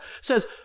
says